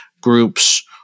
groups